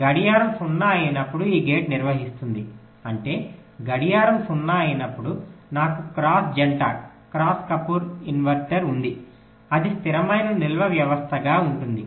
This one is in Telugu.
గడియారం 0 అయినప్పుడు ఈ గేట్ నిర్వహిస్తుంది అంటే గడియారం 0 అయినప్పుడు నాకు క్రాస్ జంట ఇన్వర్టర్ ఉంది అది స్థిరమైన నిల్వ వ్యవస్థగా ఉంటుంది